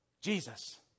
Jesus